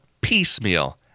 piecemeal